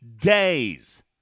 days